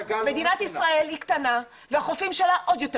מדינת ישראל היא קטנה והחופים שלה עוד יותר